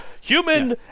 Human